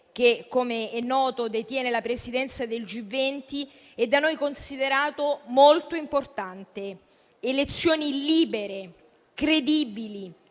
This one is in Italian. che, come è noto, detiene la presidenza del G20, è da noi considerato molto importante. Elezioni libere, credibili,